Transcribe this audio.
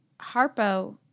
Harpo